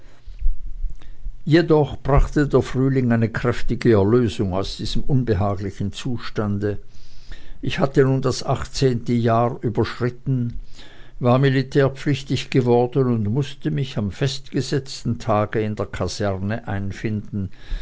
jedoch brachte der frühling eine kräftige erlösung aus diesem unbehaglichen zustande ich hatte nun das achtzehnte jahr überschritten war militärpflichtig geworden und mußte mich am festgesetzten tage in der kaserne einfinden